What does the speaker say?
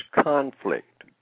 conflict